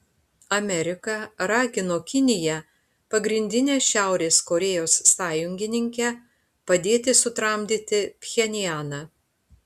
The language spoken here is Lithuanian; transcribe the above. amerika ragino kiniją pagrindinę šiaurės korėjos sąjungininkę padėti sutramdyti pchenjaną